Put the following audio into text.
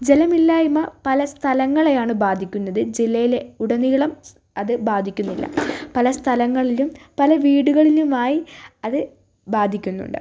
ജലമില്ലായ്മ പല സ്ഥലങ്ങളെയാണ് ബാധിക്കുന്നത് ജില്ലയിലെ ഉടനീളം അത് ബാധിക്കുന്നില്ല പല സ്ഥലങ്ങളിലും പല വീടുകളിലുമായി അത് ബാധിക്കുന്നുണ്ട്